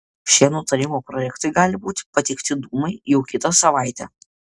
šie nutarimo projektai gali būti pateikti dūmai jau kitą savaitę